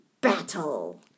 battle